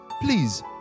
Please